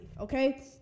okay